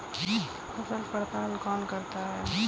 फसल पड़ताल कौन करता है?